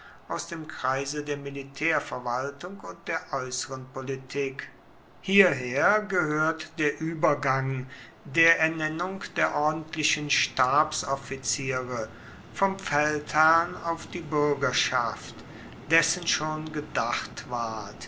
aus dem kreise der militaerverwaltung und der aeusseren politik hierher gehoert der uebergang der ernennung der ordentlichen stabsoffiziere vom feldherrn auf die buergerschaft dessen schon gedacht ward